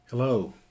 Hello